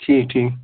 ٹھیٖک ٹھیٖک